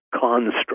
construct